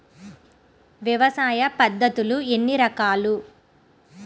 వ్యవసాయ పద్ధతులు ఎన్ని రకాలు?